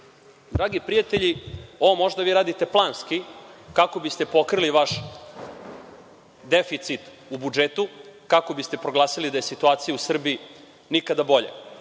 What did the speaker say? prijatelji, ovo možda vi radite planski, kako biste pokrili vaš deficit u budžetu, kako biste proglasili da je situacija u Srbiji nikada bolja.